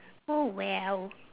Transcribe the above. oh well